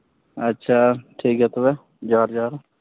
ᱟᱪᱪᱷᱟ ᱴᱷᱤᱠ ᱜᱮᱭᱟ ᱛᱚᱵᱮ ᱡᱚᱦᱟᱨ ᱡᱚᱦᱟᱨ